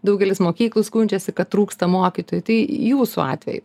daugelis mokyklų skundžiasi kad trūksta mokytojų tai jūsų atveju